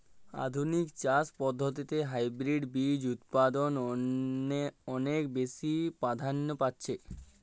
আধুনিক চাষ পদ্ধতিতে হাইব্রিড বীজ উৎপাদন অনেক বেশী প্রাধান্য পাচ্ছে